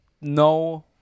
no